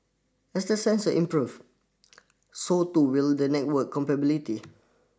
as the sensor improve so too will the network